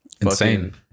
insane